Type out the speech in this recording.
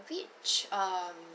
which um